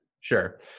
Sure